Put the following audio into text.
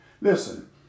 Listen